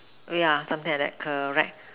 yeah something like that correct